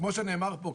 כמו שנאמר פה,